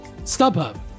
StubHub